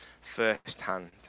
firsthand